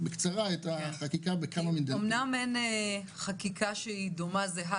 אמנם אין חקיקה זהה,